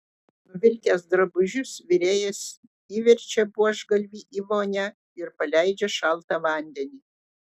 nuvilkęs drabužius virėjas įverčia buožgalvį į vonią ir paleidžia šaltą vandenį